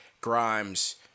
Grimes